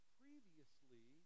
previously